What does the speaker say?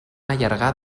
allargar